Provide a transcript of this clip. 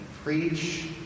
Preach